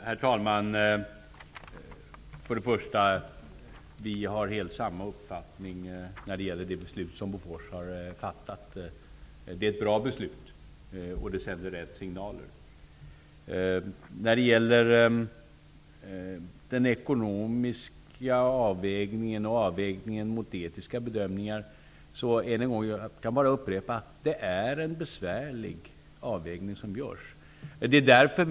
Herr talman! Martin Nilsson och jag har samma uppfattning när det gäller det beslut som Bofors har fattat. Det är ett bra beslut, och det sänder rätt signaler. Jag kan bara upprepa att den ekonomiska avvägningen och avvägningen mot etiska bedömningar är besvärliga att göra.